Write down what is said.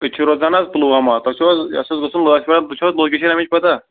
أسۍ چھِ روزان حظ پُلوامہ تۄہہِ چھُو حظ اَسہِ اوس گژھُن لٲسۍ پوٗر تُہۍ چھِو حظ لوکیشن اَمِچ پَتاہ